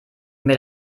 mehr